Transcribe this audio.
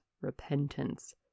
repentance